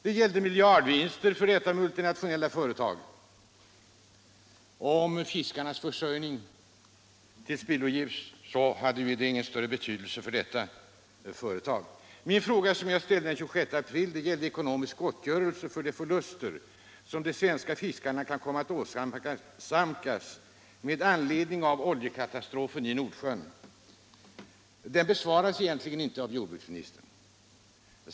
Det gällde miljardvinster för detta multinationella företag, och om fiskarnas försörjning tillspil Om ekonomisk logavs, så hade det ju ingen större betydelse för detta företag. gottgörelse åt Min fråga, som jag ställde den 26 april, gällde ekonomisk gottgörelse = svenska fiskare med för de förluster som de svenska fiskarna kan komma att åsamkas med = anledning av anledning av oljekatastrofen i Nordsjön. Den besvaras egentligen inte = oljekatastrofen i av jordbruksministern.